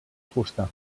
fusta